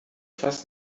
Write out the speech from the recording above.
fass